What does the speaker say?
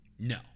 No